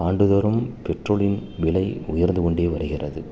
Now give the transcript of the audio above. ஆண்டுதோறும் பெட்ரோலின் விலை உயர்ந்துக்கொண்டு வருகிறது